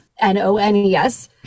N-O-N-E-S